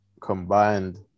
Combined